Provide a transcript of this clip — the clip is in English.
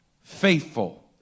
Faithful